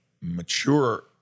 mature